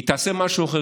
היא תעשה משהו אחר,